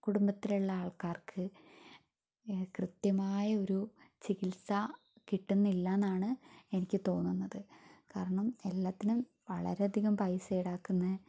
കുടുംബത്തിലുള്ള ആൾക്കാർക്ക് കൃത്യമായൊരു ചികിത്സ കിട്ടുന്നില്ലാന്നാണ് എനിക്ക് തോന്നുന്നത് കാരണം എല്ലാത്തിനും വളരെയധികം പൈസ ഈടാക്കുന്ന